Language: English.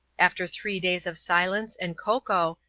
after three days of silence and cocoa,